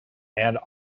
and